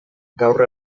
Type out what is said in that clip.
gaur